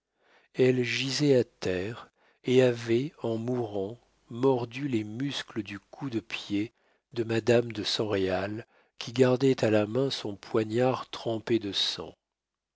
elle gisait à terre et avait en mourant mordu les muscles du cou-de-pied de madame de san réal qui gardait à la main son poignard trempé de sang